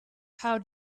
how